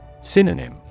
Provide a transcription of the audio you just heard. Synonym